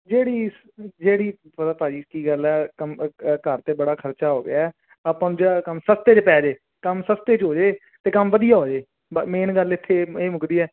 ਜਿਹੜੀ ਜਿਹੜੀ ਪਤਾ ਭਾਅ ਜੀ ਕੀ ਗੱਲ ਹੈ ਘਰ 'ਤੇ ਬੜਾ ਖਰਚਾ ਹੋ ਗਿਆ ਆਪਾਂ ਨੂੰ ਜਿਹੜਾ ਕੰਮ ਸਸਤੇ 'ਚ ਪੈ ਜਾਵੇ ਕੰਮ ਸਸਤੇ 'ਚ ਹੋ ਜਾਵੇ ਅਤੇ ਕੰਮ ਵਧੀਆ ਹੋ ਜਾਵੇ ਬਸ ਮੇਨ ਗੱਲ ਇੱਥੇ ਇਹ ਮੁੱਕਦੀ ਹੈ